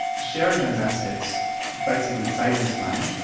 sharing those assets basically saves us money,